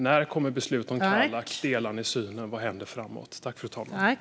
När kommer beslut om Kallak? Delar ni denna syn? Vad kommer att hända framöver?